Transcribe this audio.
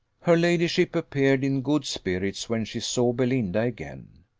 her ladyship appeared in good spirits when she saw belinda again.